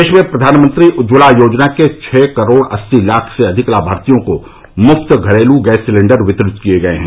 देश में प्रधानमंत्री उज्ज्वला योजना के छह करोड़ अस्सी लाख से अधिक लाभार्थियों को मुफ्त घरेलू गैस सिलेंडर वितरित किए गए हैं